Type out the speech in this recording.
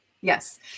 Yes